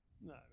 No